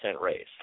raise